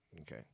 okay